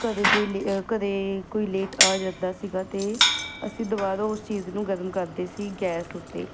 ਕਦੇ ਕੋਈ ਘਰੇ ਕੋਈ ਲੇਟ ਆ ਜਾਂਦਾ ਸੀਗਾ ਅਤੇ ਅਸੀਂ ਦੁਬਾਰਾ ਉਸ ਚੀਜ਼ ਨੂੰ ਗਰਮ ਕਰਦੇ ਸੀ ਗੈਸ ਉੱਤੇ